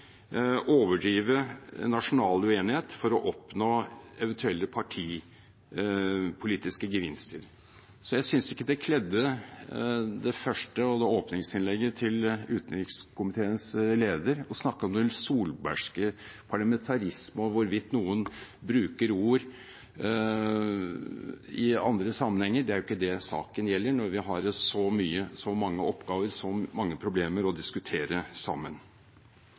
overdrive nasjonal uenighet for å oppnå eventuelle partipolitiske gevinster. Jeg synes ikke det kledde åpningsinnlegget til utenrikskomiteens leder å snakke om «den solbergske parlamentarisme» og hvorvidt noen bruker ord i andre sammenhenger. Det er ikke det saken gjelder når vi har så mange oppgaver og så mange problemer å diskutere sammen.